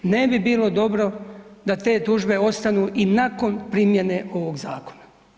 Ne bi bilo dobro da te tužbe ostanu i nakon primjene ovog zakona.